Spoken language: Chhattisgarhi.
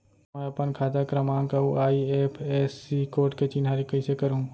मैं अपन खाता क्रमाँक अऊ आई.एफ.एस.सी कोड के चिन्हारी कइसे करहूँ?